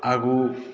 आगूँ